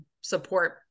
support